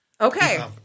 Okay